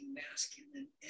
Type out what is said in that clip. masculine